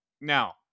Now